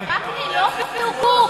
וקנין, לא פירקו.